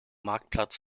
marktplatz